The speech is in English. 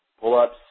pull-ups